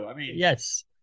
Yes